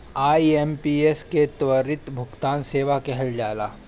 IMPS के त्वरित भुगतान सेवा कहल जाला